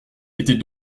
était